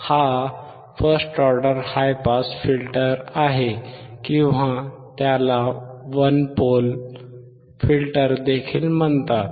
हा first order high pass filter आहे किंवा त्याला वन पोल फिल्टर देखील म्हणतात